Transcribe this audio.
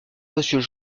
monsieur